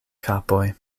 kapoj